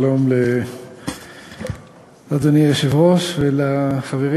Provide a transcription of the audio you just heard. שלום לאדוני היושב-ראש ולחברים.